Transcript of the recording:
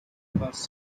bus